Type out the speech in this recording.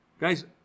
guys